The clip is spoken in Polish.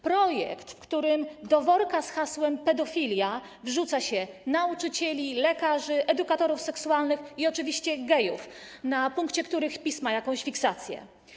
Projekt, w którym do worka z hasłem: pedofilia wrzuca się nauczycieli, lekarzy, edukatorów seksualnych i oczywiście gejów, na punkcie których PiS ma jakąś fiksację.